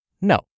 No